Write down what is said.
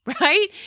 Right